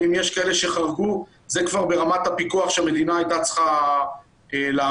ואם יש כאלה שחרגו זה כבר ברמת הפיקוח שהמדינה הייתה צריכה להעמיד.